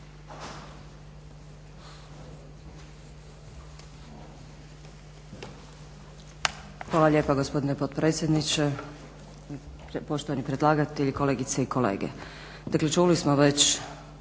Hvala lijepa potpredsjedniče, štovani predlagatelji, kolegice i kolege